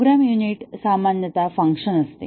programme unit सामान्यत function असते